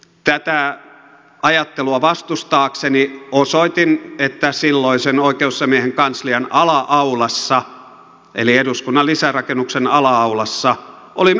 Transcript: tätä ajattelua vastustaakseni osoitin että silloisen oikeusasiamiehen kanslian ala aulassa eli eduskunnan lisärakennuksen ala aulassa oli myös valokuvauskielto